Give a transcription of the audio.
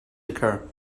occur